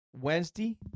Wednesday